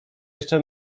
jeszcze